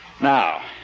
Now